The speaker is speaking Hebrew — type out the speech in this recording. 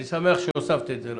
אני שמח שהוספת את זה לפרוטוקול.